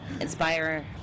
inspire